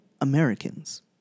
Americans